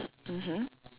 mmhmm